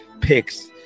picks